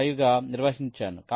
5 గా నిర్వచించాను